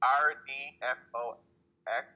R-D-F-O-X